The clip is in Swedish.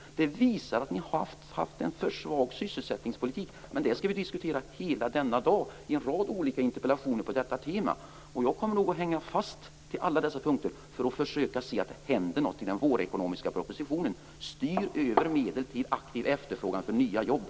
Det visar att ni har haft en för svag sysselsättningspolitik. Men detta skall vi diskutera hela denna dag i en rad olika interpellationsdebatter på detta tema. Jag kommer att hänga fast på alla dessa punkter för att försöka se till att det händer något inom vårpropositionen. Styr över medel till aktiv efterfrågan på nya jobb!